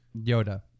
Yoda